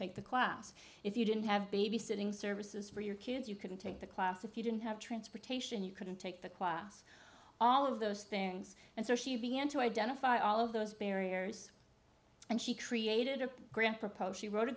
take the class if you didn't have babysitting services for your kids you couldn't take the class if you didn't have transportation you couldn't take the class all of those things and so she began to identify all of those barriers and she created a grant proposal wrote a